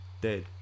Dead